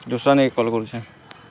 ଦୁସ୍ରାନିକେ call କରୁଛେଁ